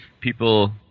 people